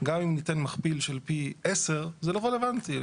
גם אם ניתן מכפיל של פי 10 זה לא רלוונטי.